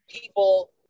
people